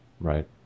Right